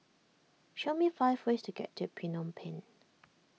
show me five ways to get to Phnom Penh